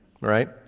right